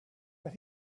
that